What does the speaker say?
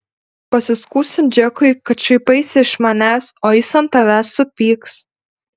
pasiskųsiu džekui kad šaipaisi iš manęs o jis ant tavęs supyks